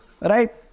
Right